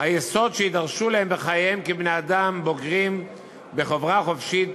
היסוד שיידרשו להם בחייהם כבני-אדם בוגרים בחברה חופשית,